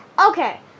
Okay